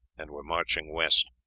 and were marching west.